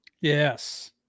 Yes